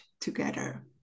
together